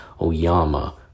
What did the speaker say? Oyama